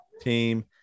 team